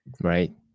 Right